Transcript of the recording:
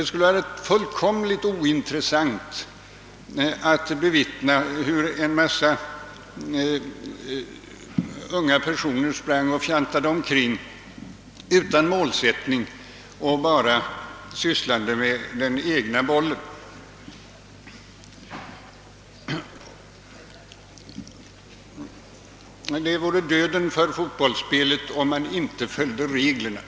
Då skulle det bli fullkomligt ointressant att bevittna hur en skara unga män fjantade omkring utan målsättning, enbart sysslande med sin egen boll. Det vore döden för fotbollspelet, om man inte följde reglerna.